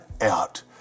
Out